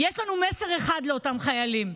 יש מסר אחד לאותם חיילים: